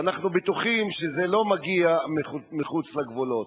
ואנחנו בטוחים שזה לא מגיע מחוץ לגבולות.